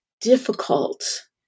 difficult